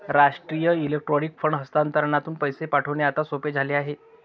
राष्ट्रीय electronic fund हस्तांतरणातून पैसे पाठविणे आता सोपे झाले आहे